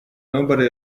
nobody